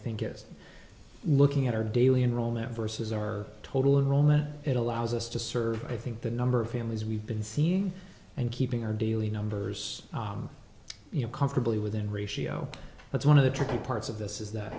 think it is looking at our daily enrollment versus our total enrollment it allows us to serve i think the number of families we've been seeing and keeping our daily numbers you know comfortably within ratio that's one of the tricky parts of this is that